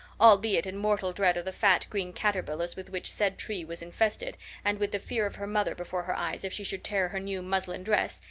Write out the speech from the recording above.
albeit in mortal dread of the fat green caterpillars with which said tree was infested and with the fear of her mother before her eyes if she should tear her new muslin dress,